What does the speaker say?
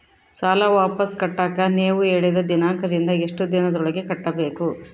ಸಾಲ ವಾಪಸ್ ಕಟ್ಟಕ ನೇವು ಹೇಳಿದ ದಿನಾಂಕದಿಂದ ಎಷ್ಟು ದಿನದೊಳಗ ಕಟ್ಟಬೇಕು?